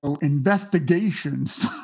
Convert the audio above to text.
investigations